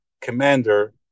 commander